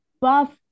buff